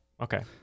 Okay